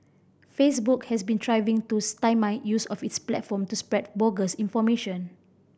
facebook has been striving to stymie use of its platform to spread bogus information